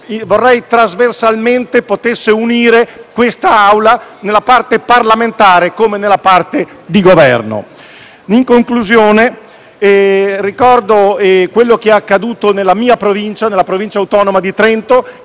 unire trasversalmente questa Assemblea, nella parte parlamentare e nella parte di Governo. In conclusione, ricordo ciò che è accaduto nella mia Provincia, la Provincia autonoma di Trento,